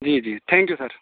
جی جی thank you sir